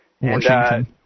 Washington